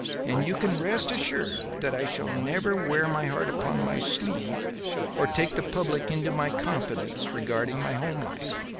and you can rest assured that i shall never wear my heart upon my sleeve or take the public into my confidence regarding my home life.